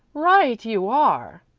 right you are!